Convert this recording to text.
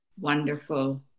Wonderful